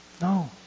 No